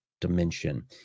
dimension